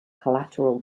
collateral